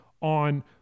on